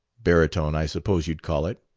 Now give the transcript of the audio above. baritone, i suppose you'd call it.